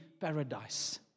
paradise